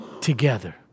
together